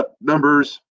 numbers